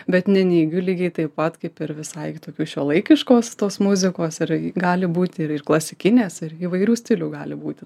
bet neneigiu lygiai taip pat kaip ir visai kitokius šiuolaikiškos tos muzikos ir gali būti ir ir klasikinės ir įvairių stilių gali būti